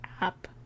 app